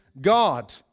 God